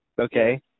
okay